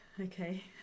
okay